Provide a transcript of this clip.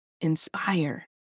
inspire